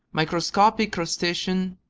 microscopic crustaceans,